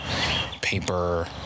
paper